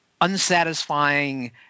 unsatisfying